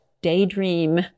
Daydream